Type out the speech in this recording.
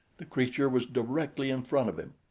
the creature was directly in front of him.